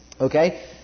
Okay